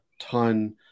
ton